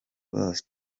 boss